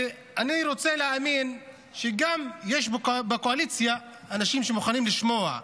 ואני רוצה להאמין שגם בקואליציה יש אנשים שמוכנים לשמוע.